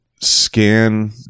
scan